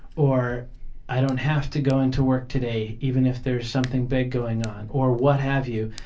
or i don't have to go into work today even if there's something big going on, or what have you.